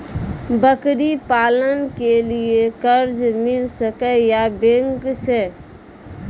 बकरी पालन के लिए कर्ज मिल सके या बैंक से?